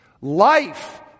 life